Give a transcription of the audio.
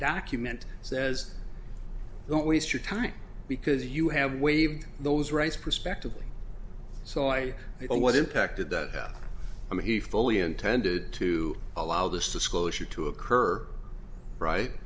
document says don't waste your time because you have waived those rights prospectively so i know what impacted that i mean he fully intended to allow this disclosure to occur right